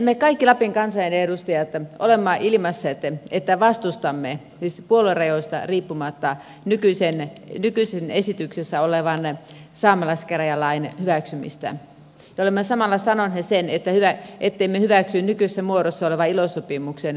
me kaikki lapin kansanedustajat olemme ilmaisseet että vastustamme siis puoluerajoista riippumatta nykyisen esityksessä olevan saamelaiskäräjälain hyväksymistä ja olemme samalla sanoneet sen ettemme hyväksy nykyisessä muodossa olevaa ilo sopimuksen ratifioimisasiaa